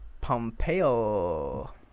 Pompeo